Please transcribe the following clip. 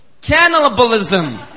cannibalism